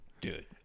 Dude